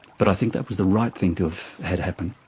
but i think that was the right thing to have had happen.